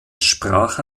sprache